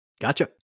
Gotcha